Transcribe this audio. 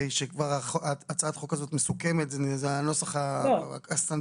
אחרי שכבר הצעת החוק הזאת מסוכמת וזה הנוסח הסטנדרטי,